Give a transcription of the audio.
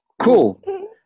cool